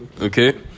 Okay